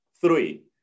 Three